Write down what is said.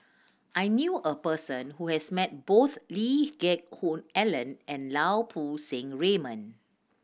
I knew a person who has met both Lee Geck Hoon Ellen and Lau Poo Seng Raymond